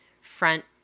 front